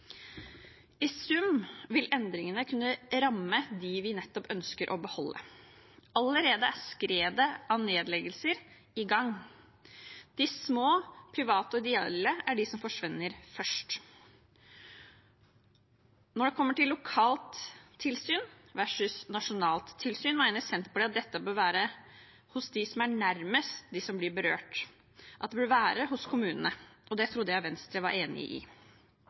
I sum vil endringene kunne ramme dem vi nettopp ønsker å beholde. Allerede er skredet av nedleggelser i gang. De små private og ideelle er de som forsvinner først. Når det kommer til lokalt versus nasjonalt tilsyn, mener Senterpartiet at dette bør være hos dem som er nærmest dem som blir berørt – at det bør være hos kommunene. Det trodde jeg Venstre var enig i.